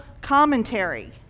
commentary